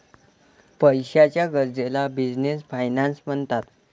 पैशाच्या गरजेला business finance म्हणतात